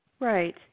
Right